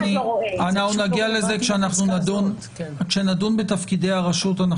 נגיע לזה כשנדון בתפקידי הרשות.